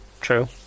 True